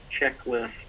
checklist